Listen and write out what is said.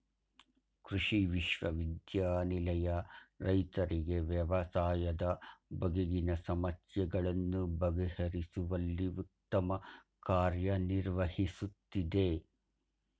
ಕೃಷಿ ವಿಶ್ವವಿದ್ಯಾನಿಲಯ ರೈತರಿಗೆ ವ್ಯವಸಾಯದ ಬಗೆಗಿನ ಸಮಸ್ಯೆಗಳನ್ನು ಬಗೆಹರಿಸುವಲ್ಲಿ ಉತ್ತಮ ಕಾರ್ಯ ನಿರ್ವಹಿಸುತ್ತಿದೆ